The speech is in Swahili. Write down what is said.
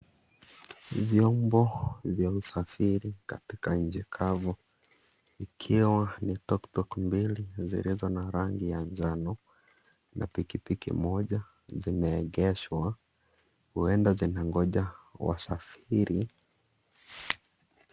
Vyombo vya usafiri katika nchi kavu. Ikiwa ni tuktuk mbili zilizo na rangi ya njano na pikipiki moja zimeegeshwa. Huenda zinangoja wasafiri.